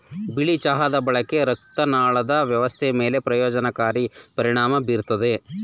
ಬಿಳಿ ಚಹಾದ ಬಳಕೆ ಹೃದಯರಕ್ತನಾಳದ ವ್ಯವಸ್ಥೆ ಮೇಲೆ ಪ್ರಯೋಜನಕಾರಿ ಪರಿಣಾಮ ಬೀರ್ತದೆ